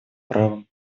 правом